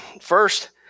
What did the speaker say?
First